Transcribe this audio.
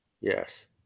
Yes